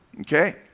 okay